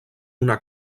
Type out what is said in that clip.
una